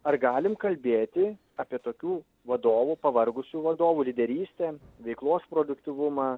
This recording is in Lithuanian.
ar galim kalbėti apie tokių vadovų pavargusių vadovų lyderystę veiklos produktyvumą